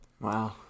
wow